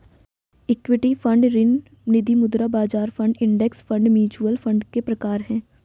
equity fund ऋण निधिमुद्रा बाजार fund index fund mutual fund के प्रकार हैं